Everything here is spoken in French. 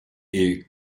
est